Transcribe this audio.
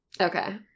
Okay